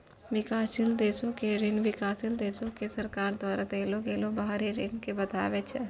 विकासशील देशो के ऋण विकासशील देशो के सरकार द्वारा देलो गेलो बाहरी ऋण के बताबै छै